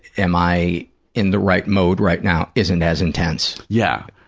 am i in the right mode right now, isn't as intense. yeah,